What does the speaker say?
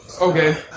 Okay